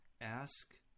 Ask